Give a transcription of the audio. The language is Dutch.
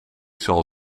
zal